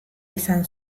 izan